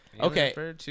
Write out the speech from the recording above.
Okay